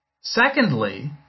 secondly